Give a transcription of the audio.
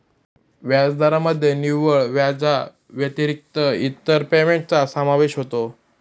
व्याजदरामध्ये निव्वळ व्याजाव्यतिरिक्त इतर पेमेंटचा समावेश होतो